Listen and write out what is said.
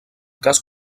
cas